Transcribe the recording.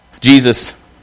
Jesus